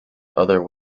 other